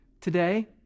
Today